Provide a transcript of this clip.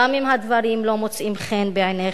גם אם הדברים לא מוצאים חן בעיניכם.